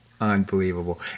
Unbelievable